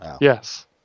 yes